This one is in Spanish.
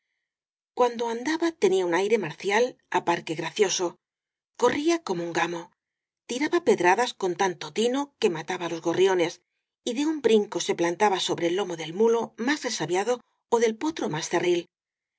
cuando andaba tenía un aire marcial á par que gracioso corría como un gamo tiraba pedradas con tanto tino que mataba los gorriones y de un brinco se plantaba sobre el lomo del mulo más resabiado ó del potro más cerril